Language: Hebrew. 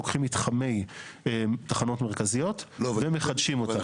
לוקחים מתחמי תחנות מרכזיות ומחדשים אותם.